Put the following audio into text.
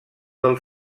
del